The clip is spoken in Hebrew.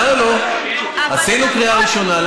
לא עשיתם קריאה ראשונה.